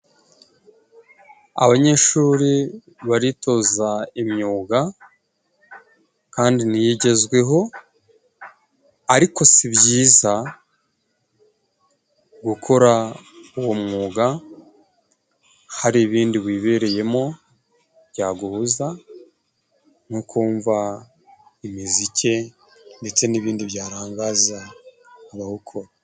Abanyeshuri baritoza imyuga kandi niyo igezweho. Ariko si byiza gukora uwo mwuga hari ibindi wibereyemo byaguhuza, nko kumva imiziki, ndetse n'ibindi byarangaza abawukora.